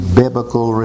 biblical